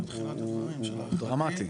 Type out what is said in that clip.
אני,